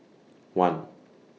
one